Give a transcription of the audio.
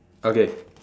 okay